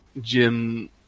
Jim